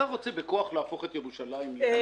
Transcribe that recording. אתה רוצה בכוח להפוך את ירושלים למבצר?